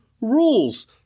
rules